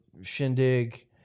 shindig